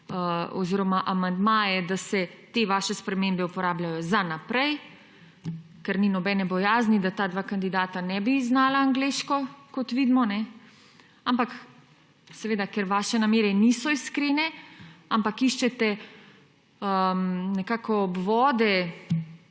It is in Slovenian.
oziroma amandmaje, da se te vaše spremembe uporabljajo za naprej, ker ni nobene bojazni, da ta dva kandidata ne bi znala angleško, kot vidimo. Ampak seveda, ker vaše namere niso iskrene, ampak iščete obvode,